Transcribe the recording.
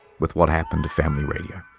with what happened to family radio.